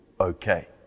okay